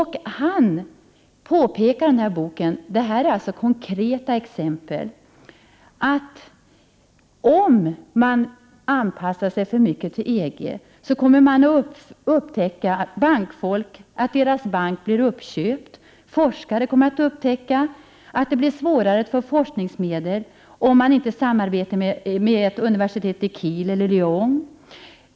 Han påpekar i boken — och det är här fråga om konkreta exempel — att om man anpassar sig för mycket till EG, kommer bankanställda att upptäcka att deras bank blir uppköpt och forskare att upptäcka att det blir svårare att få forskningsmedel om de inte samarbetar med ett universitet i Kiel eller Lyon.